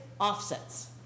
offsets